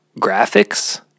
graphics